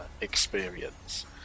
experience